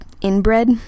inbred